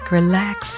relax